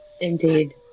Indeed